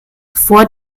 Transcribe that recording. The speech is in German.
vor